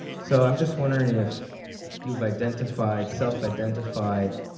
so, i'm just wondering if you've identified, self-identified